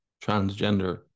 transgender